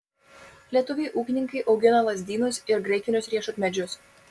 lietuviai ūkininkai augina lazdynus ir graikinius riešutmedžius